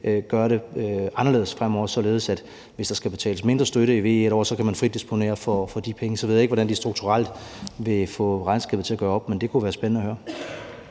gøre det anderledes fremover, således at hvis der i et år skal betales mindre i støtte til VE, kan man frit disponere over de penge. Så ved jeg ikke, hvordan de strukturelt vil få regnskabet til at gå op, men det kunne være spændende at høre.